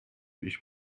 ich